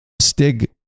Stig